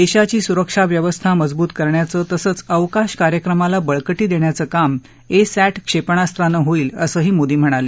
देशाची सुरक्षा व्यवस्था मजबूत करण्याचं तसंच अवकाश कार्यक्रमाला बळकटी देण्याचं काम ए सॅंट क्षेपणास्त्रानं होईल असंही मोदी म्हणाले